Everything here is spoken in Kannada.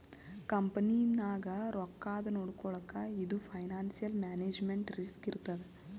ಕಂಪನಿನಾಗ್ ರೊಕ್ಕಾದು ನೊಡ್ಕೊಳಕ್ ಇದು ಫೈನಾನ್ಸಿಯಲ್ ಮ್ಯಾನೇಜ್ಮೆಂಟ್ ರಿಸ್ಕ್ ಇರ್ತದ್